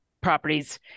properties